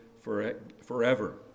forever